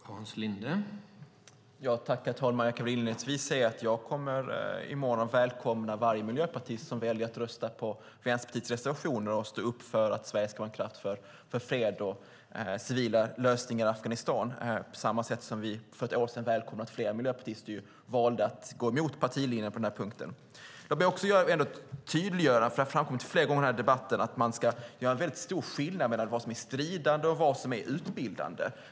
Herr talman! Jag kan inledningsvis säga att jag kommer att välkomna varje miljöpartist som i morgon väljer att rösta på Vänsterpartiets reservationer och stå upp för att Sverige ska vara en kraft för fred och civila lösningar i Afghanistan, på samma sätt som vi för ett år sedan välkomnade när flera miljöpartister valde att gå mot partilinjen på den här punkten. Jag vill göra ett förtydligande. Det har framkommit flera gånger i debatten att man ska göra en stor skillnad mellan vad som är stridande och vad som är utbildande.